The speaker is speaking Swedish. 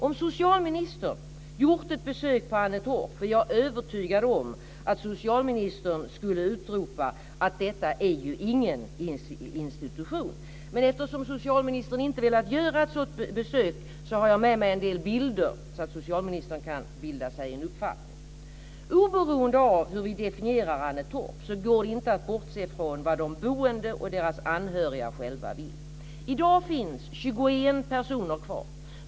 Om socialministern gjort ett besök på Annetorp är jag övertygad om att socialministern skulle utropa: Detta är ju ingen institution! Men eftersom socialministern inte har velat göra ett sådant besök har jag med mig en del bilder så att socialministern kan bilda sig en uppfattning. Oberoende av hur vi definierar Annetorp, går det inte att bortse från vad de boende och deras anhöriga själva vill. I dag finns 21 personer kvar.